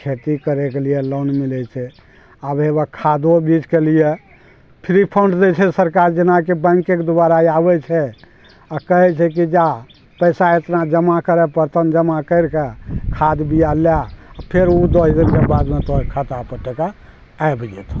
खेती करैके लिए लोन मिलै छै आब हेबाँ खादो बीचके लिए फ्री फंड दै छै सरकार जेनाकि बैंकके दुआरा आबै छै आ कहै छै कि जा पैसा एतना जमा करै पड़तैनि जमा कैरि कऽ खाद बीआ लऽआ फेर ओ दस दिनके बादमे तोहर खाता पर टका आबि जेतऽ